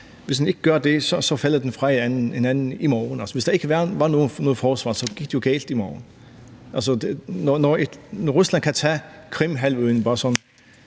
hvis den ikke gør det, falder den fra hinanden i morgen. Altså, hvis der ikke var noget forsvar, gik det jo galt i morgen. Når Rusland bare sådan kan tage Krimhalvøen med